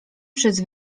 przez